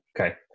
Okay